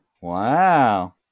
wow